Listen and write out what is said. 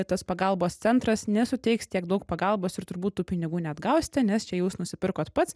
tas pagalbos centras nesuteiks tiek daug pagalbos ir turbūt tų pinigų neatgausite nes čia jūs nusipirkot pats